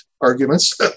arguments